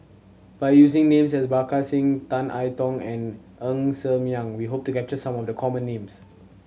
by using names as Parga Singh Tan I Tong and Ng Ser Miang we hope to capture some of the common names